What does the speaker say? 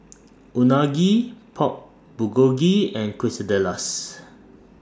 Unagi Pork Bulgogi and Quesadillas